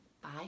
bye